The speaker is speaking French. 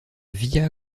via